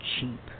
cheap